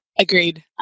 Agreed